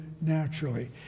naturally